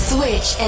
Switch